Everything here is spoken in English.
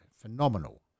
phenomenal